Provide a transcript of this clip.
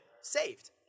saved